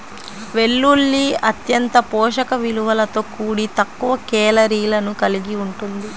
వెల్లుల్లి అత్యంత పోషక విలువలతో కూడి తక్కువ కేలరీలను కలిగి ఉంటుంది